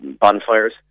bonfires